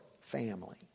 family